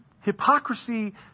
hypocrisy